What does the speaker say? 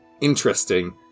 interesting